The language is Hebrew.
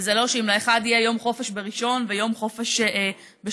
וזה לא שאם לאחד יהיה יום חופש בראשון ויום חופש בשלישי,